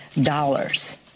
dollars